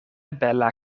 bela